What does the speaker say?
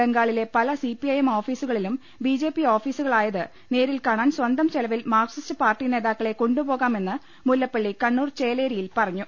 ബംഗാളിലെ പല C P I M ഓഫീസുകളും ബി ജെ പി ഓഫീസുകളായത് നേരിൽ കാണാൻ സ്വന്തം ചെലവിൽ മാർക്സിസ്റ്റ് പാർട്ടി നേതാക്കളെ കൊണ്ടുപോകാമെന്ന് മുല്ലപ്പള്ളി കണ്ണൂർ ചേലേ രിയിൽ പറഞ്ഞു